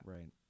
Right